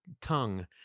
tongue